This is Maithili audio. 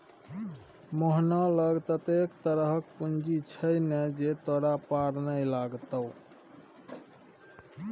मोहना लग ततेक तरहक पूंजी छै ने जे तोरा पार नै लागतौ